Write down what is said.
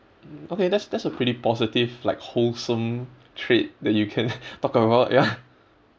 okay that's that's a pretty positive like wholesome trait that you can talk about ya